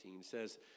says